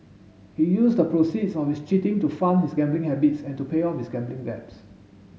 he used the proceeds of his cheating to fund his gambling habits and to pay off his gambling debts